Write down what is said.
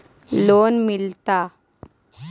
Loan मिलता?